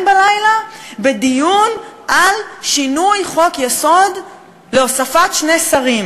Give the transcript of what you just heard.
בלילה בדיון על שינוי חוק-יסוד להוספת שני שרים.